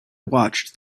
watched